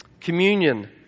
Communion